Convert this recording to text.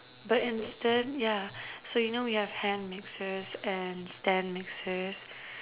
but instead yeah so you know we have hand mixers and stand mixers